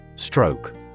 Stroke